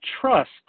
trust